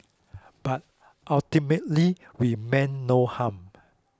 but ultimately we mean no harm